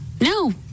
no